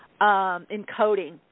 encoding